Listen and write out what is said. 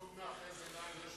אתה פשוט מאחז עיניים,